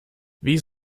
wie